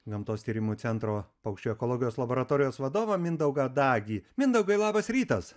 gamtos tyrimų centro paukščių ekologijos laboratorijos vadovą mindaugą dagį mindaugai labas rytas